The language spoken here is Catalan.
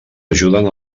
ajuden